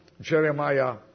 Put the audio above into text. Jeremiah